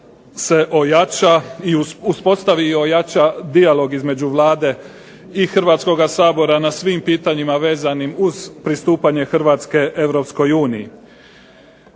se ojača, uspostavi i ojača dijalog između Vlade i Hrvatskoga sabora na svim pitanjima vezanim uz pristupanje Hrvatske